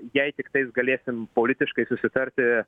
jei tiktais galėsim politiškai susitarti